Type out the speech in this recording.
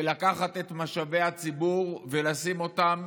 ולקחת משאבי ציבור ולשים אותם